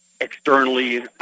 externally